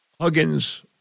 Huggins